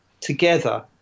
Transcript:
together